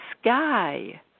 sky